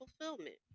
fulfillment